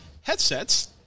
headsets